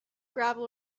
gravel